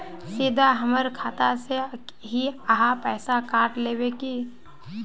सीधा हमर खाता से ही आहाँ पैसा काट लेबे की?